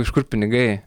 iš kur pinigai